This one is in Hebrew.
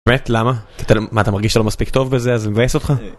באמת? למה? מה אתה מרגיש שלא מספיק טוב בזה? זה מבאס אותך?